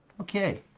Okay